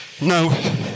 no